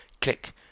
click